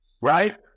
Right